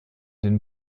den